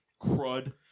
crud